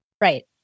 Right